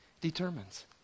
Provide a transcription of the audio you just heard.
determines